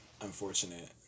unfortunate